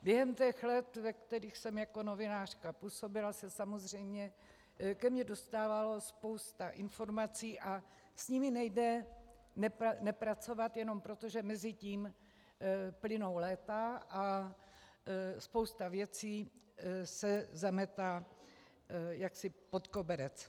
Během těch let, ve kterých jsem jako novinářka působila, se samozřejmě ke mně dostávala spousta informací a s nimi nejde nepracovat jenom proto, že mezitím plynou léta a spousta věcí se zametá jaksi pod koberec.